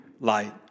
light